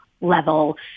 level